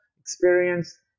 experience